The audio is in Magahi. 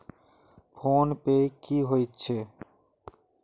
फ़ोन पै की होचे?